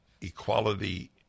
equality